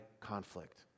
conflict